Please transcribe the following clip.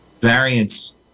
variants